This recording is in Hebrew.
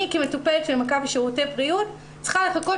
אני כמטופלת של מכבי שירותי בריאות צריכה לחכות